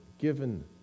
given